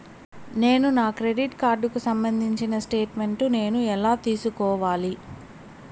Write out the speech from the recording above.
నేను నా క్రెడిట్ కార్డుకు సంబంధించిన స్టేట్ స్టేట్మెంట్ నేను ఎలా తీసుకోవాలి?